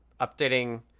updating